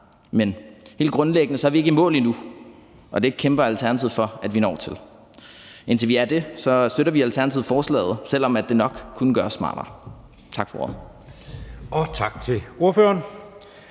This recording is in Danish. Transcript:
Men helt grundlæggende er vi ikke i mål endnu, og det kæmper Alternativet for at vi når til. Indtil vi er det, støtter vi i Alternativet forslaget, selv om det nok kunne gøres smartere. Tak for ordet.